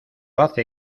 hace